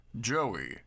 Joey